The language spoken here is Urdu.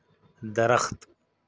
درخت